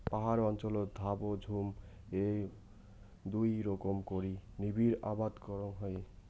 পাহাড় অঞ্চলত ধাপ ও ঝুম এ্যাই দুই রকম করি নিবিড় আবাদ করাং হই